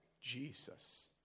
Jesus